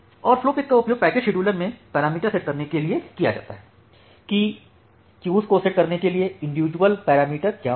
और फ़्लोपेक का उपयोग पैकेट शेड्यूलर में पैरामीटर सेट करने के लिए किया जाता है कि कियूस को सेट करने के लिए इंडिविजुअल पैरामीटर क्या होगा